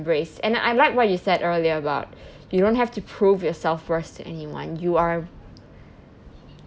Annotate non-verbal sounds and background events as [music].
brace and I like what you said earlier about [breath] you don't have to prove yourself first to anyone you are